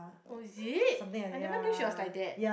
oh is it I never knew she was like that